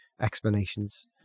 explanations